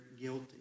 guilty